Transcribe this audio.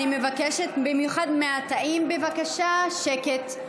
אני מבקשת במיוחד מהתאים, בבקשה, שקט.